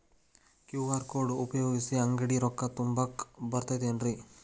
QR code ಉಪಯೋಗಿಸಿ, ಅಂಗಡಿಗೆ ರೊಕ್ಕಾ ತುಂಬಾಕ್ ಬರತೈತೇನ್ರೇ?